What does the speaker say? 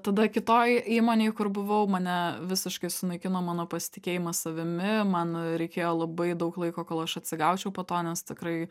tada kitoj įmonėj kur buvau mane visiškai sunaikino mano pasitikėjimą savimi man reikėjo labai daug laiko kol aš atsigaučiau po to nes tikrai